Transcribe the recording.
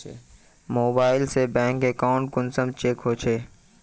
Mobile से bank account कुंसम check होचे?